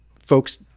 folks